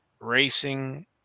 Racing